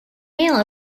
mail